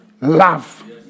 love